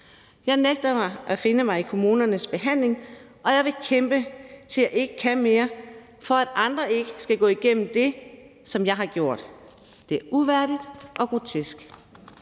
Jeg nægter at finde mig i kommunens behandling, og jeg vil kæmpe, til jeg ikke kan mere, for, at andre ikke skal gå igennem det, som jeg har gjort. Det er uværdigt og grotesk.